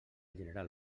general